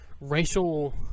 racial